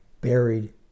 buried